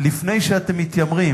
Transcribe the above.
לפני שאתם מתיימרים